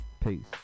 peace